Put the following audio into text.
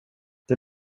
det